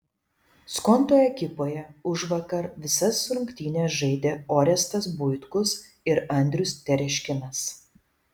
skonto ekipoje užvakar visas rungtynes žaidė orestas buitkus ir andrius tereškinas